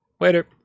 Later